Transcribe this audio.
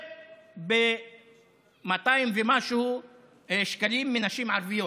200 ומשהו שקלים יותר מנשים ערביות,